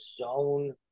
zone